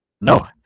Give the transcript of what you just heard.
no